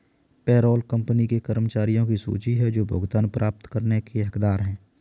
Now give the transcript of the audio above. payroll company के कर्मचारियों की सूची है जो भुगतान प्राप्त करने के हकदार हैं